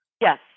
Yes